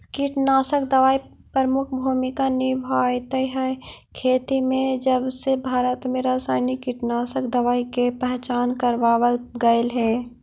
कीटनाशक दवाई प्रमुख भूमिका निभावाईत हई खेती में जबसे भारत में रसायनिक कीटनाशक दवाई के पहचान करावल गयल हे